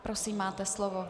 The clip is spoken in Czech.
Prosím, máte slovo.